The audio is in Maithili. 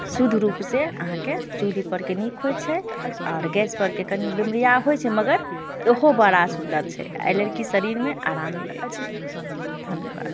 शुद्ध रूपसँ अहाँके चूल्हीपर के नीक होइत छै आओर गैसपर के कनी बीमरियाह होइत छै मगर ओहो बड़ा सुन्दर छै एहि लेल कि शरीरमे आराम मिलैत छै धन्यवाद